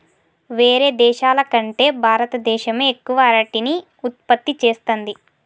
వేరే దేశాల కంటే భారత దేశమే ఎక్కువ అరటిని ఉత్పత్తి చేస్తంది